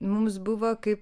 mums buvo kaip